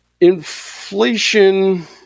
inflation